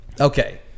Okay